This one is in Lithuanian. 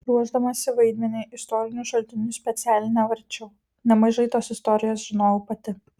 ruošdamasi vaidmeniui istorinių šaltinių specialiai nevarčiau nemažai tos istorijos žinojau pati